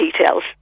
details